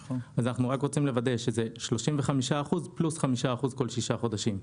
אנחנו רוצים לוודא שזה 35% פלוס 5% כל שישה חודשים,